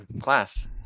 class